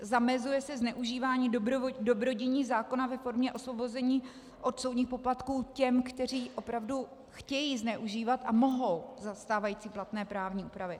Zamezuje se zneužívání dobrodiní zákona ve formě osvobození od soudních poplatků těm, kteří opravdu chtějí zneužívat, a mohou za stávající platné právní úpravy.